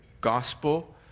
gospel